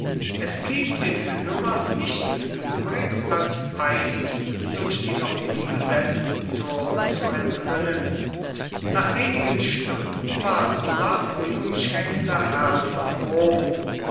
es blieb den führern nichts übrig als eiligst durch die noch unbesetzten tore zu entrinnen nach wenigen stunden war sulla unumschränkter herr von rom